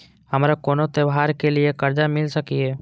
हमारा कोनो त्योहार के लिए कर्जा मिल सकीये?